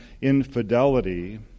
infidelity